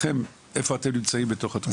איפה אתם נמצאים בתוך התמונה.